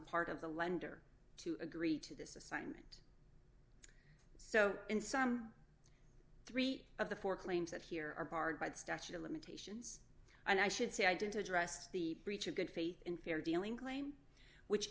the part of the lender to agree to this assignment so in some three of the four claims that here are barred by the statute of limitations and i should say i didn't address the breach of good faith and fair dealing claim which